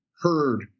heard